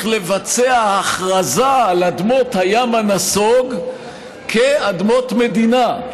לבצע הכרזה על אדמות הים הנסוג כאדמות מדינה.